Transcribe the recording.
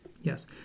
Yes